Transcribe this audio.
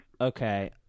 okay